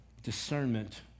discernment